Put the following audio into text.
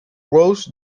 ross